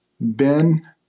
Ben